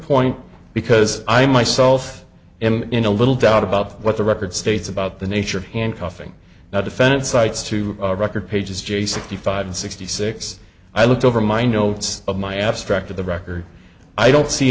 point because i myself am in a little doubt about what the record states about the nature of handcuffing now defendant sites to record pages j sixty five and sixty six i looked over my notes of my abstract of the record i don't see